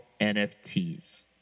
NFTs